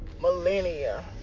millennia